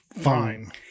fine